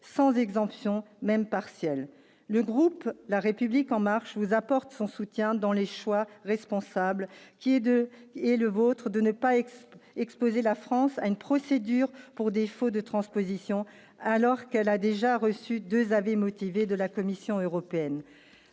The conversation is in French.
sans exemption, même partielle, le groupe la République en marche vous apporte son soutien dans les choix responsable qui est de est le vôtre de ne pas ex exposer la France à une procédure pour défaut de transposition, alors qu'elle a déjà reçu 2 avis motivé de la Commission européenne,